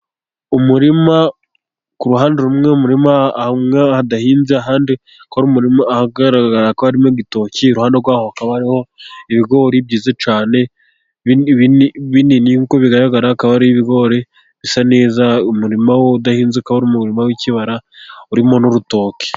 Umurima ku ruhande rumwe mu murima hadahinze ahandi bakora umurimo ahagaragara ko harimo igitoki. Iruhande rwaho hakaba ibigori byiza cyane binini nkuko bigaragara akaba ari ibigori bisa neza, umurima udahinze ukaba umurima w'ikibara urimo n'urutoke.